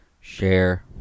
Share